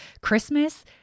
christmas